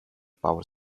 power